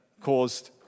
caused